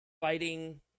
fighting